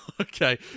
Okay